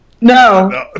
No